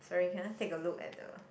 sorry can I take a look at the